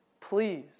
Please